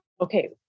okay